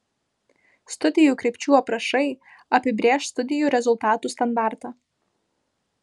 studijų krypčių aprašai apibrėš studijų rezultatų standartą